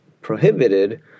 prohibited